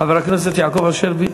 חבר הכנסת יעקב אשר.